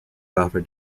offer